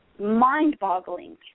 mind-boggling